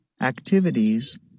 activities